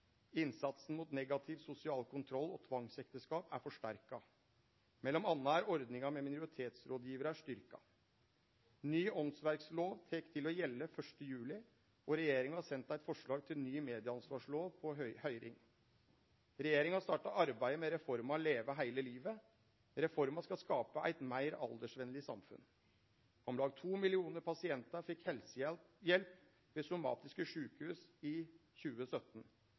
Ny åndsverklov tok til å gjelde 1. juli, og regjeringa har sendt eit forslag til ny medieansvarslov på høyring. Regjeringa har starta arbeidet med reforma Leve hele livet. Reforma skal skape eit meir aldersvenleg samfunn. Om lag to millionar pasientar fekk helsehjelp ved somatiske sjukehus i 2017.